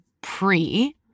pre